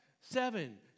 Seven